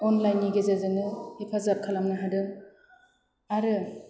अनलाइननि गेजेरजोंनो हेफाजाब खालामनो हादों आरो